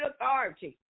authority